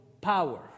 power